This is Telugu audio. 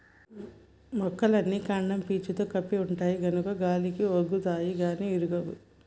మొక్కలన్నీ కాండం పీసుతో కప్పి ఉంటాయి గనుక గాలికి ఒన్గుతాయి గాని ఇరగవు